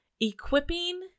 equipping